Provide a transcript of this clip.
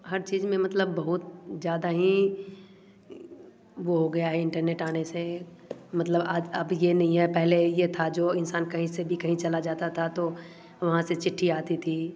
हर चीज़ में मतलब बहुत ज़्यादा ही वह हो गया है इंटरनेट आने से मतलब आद अब यह नहीं है पहले यह था जो इंसान कहीं से भी कहीं चला जाता था तो वहाँ से चिट्ठी आती थी